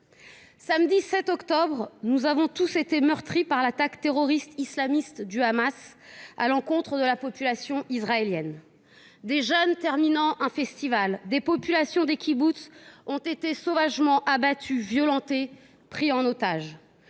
Samedi 7 octobre, nous avons tous été meurtris par l’attaque terroriste islamiste du Hamas contre la population israélienne : des jeunes terminant un festival et des populations de kibboutz ont été sauvagement abattus, violentés, pris en otage.